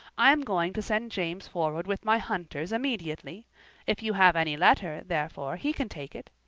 i am going to send james forward with my hunters immediately if you have any letter, therefore, he can take it.